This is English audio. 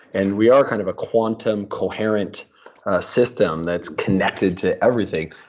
and we are kind of a quantum, coherent system that's connected to everything.